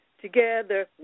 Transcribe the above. Together